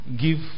Give